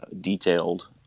detailed